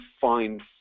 find